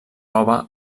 roba